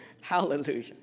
Hallelujah